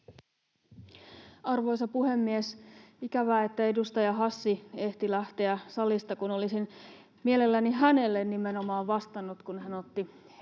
Arvoisa puhemies! Ikävää, että edustaja Hassi ehti lähteä salista, sillä olisin mielelläni nimenomaan hänelle vastannut, kun hän otti